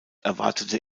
erwartete